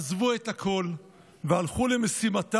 עזבו את הכול והלכו למשימתם